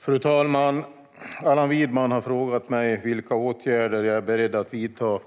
Fru talman! Allan Widman har frågat mig vilka åtgärder jag är beredd att vidta